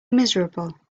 miserable